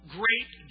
great